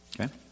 Okay